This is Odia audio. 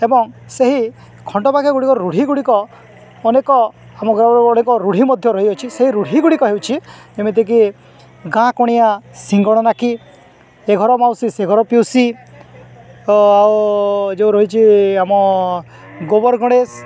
ଏବଂ ସେହି ଖଣ୍ଡ ବାକ୍ୟ ଗୁଡ଼ିକ ରୂଢ଼ି ଗୁଡ଼ିକ ଅନେକ ଆମ ଅନେକ ରୂଢ଼ି ମଧ୍ୟ ରହିଅଛି ସେହି ରୂଢ଼ି ଗୁଡ଼ିକ ହେଉଛି ଯେମିତିକି ଗାଁ କନିଆ ସିଙ୍ଘାଣି ନାକି ଏ ଘର ମାଉସୀ ସେ ଘର ପିଉସୀ ଆଉ ଯୋଉ ରହିଛି ଆମ ଗୋବର ଗଣେଶ